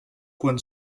quan